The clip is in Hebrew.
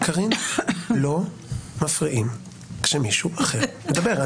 קארין, לא מפריעים כשמישהו אחר מדבר.